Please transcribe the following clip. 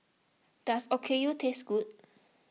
does Okayu taste good